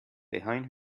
behind